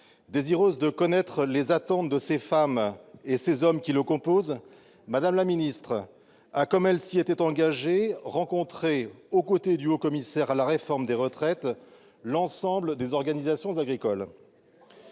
désireuse de connaître les attentes de ces femmes et de ces hommes qui le composent, Mme la ministre a, comme elle s'y était engagée et comme vous le savez, rencontré, aux côtés du haut-commissaire à la réforme des retraites, l'ensemble des organisations agricoles.